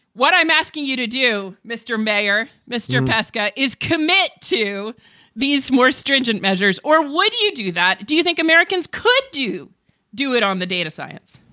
what i'm asking you to do, mr. mayor, mr. pascha, is commit to these more stringent measures or what do you do that? do you think americans could do do it on the data science?